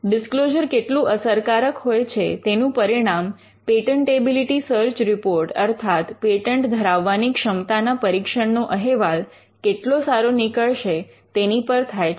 disclosure કેટલું અસરકારક હોય છે તેનું પરિણામ પેટન્ટેબિલિટી સર્ચ રિપોર્ટ અર્થાત પેટન્ટ ધરાવવાની ક્ષમતાના પરીક્ષણનો અહેવાલ કેટલો સારો નીકળશે તેની પર થાય છે